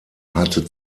hatte